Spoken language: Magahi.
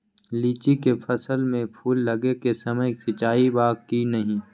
लीची के फसल में फूल लगे के समय सिंचाई बा कि नही?